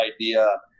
idea